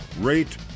rate